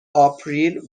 آپریل